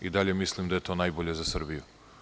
I dalje mislim da je to najbolje za Srbiju.